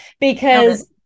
because-